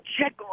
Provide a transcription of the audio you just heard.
check